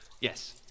Yes